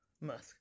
Musk